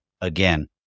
again